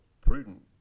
prudent